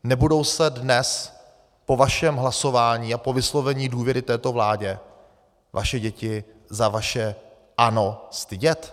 Nebudou se dnes po vašem hlasování a po vyslovení důvěry této vládě vaše děti za vaše ano stydět?